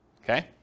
Okay